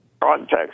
context